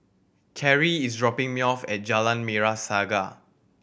Karie is dropping me off at Jalan Merah Saga